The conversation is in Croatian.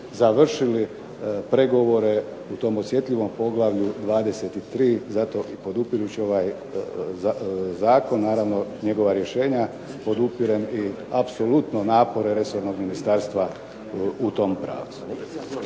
završili pregovore o tom osjetljivom poglavlju 23. Zato podupirući ovaj zakon naravno i njegova rješenja podupirem i apsolutno napore resornog ministarstva u tom pravcu.